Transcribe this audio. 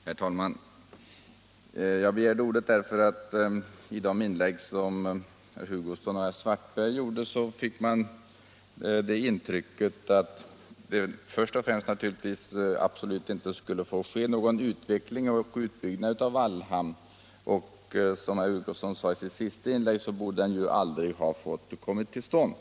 Herr talman! Jag begärde ordet, eftersom man av de inlägg som herr Hugosson och herr Svartberg gjorde fick det intrycket att det absolut inte börde få ske någon utveckling och utbyggnad av Wallhamn. Herr Hugosson sade i sitt sista inlägg att Wallhamn aldrig borde ha fått komma till stånd.